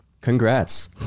Congrats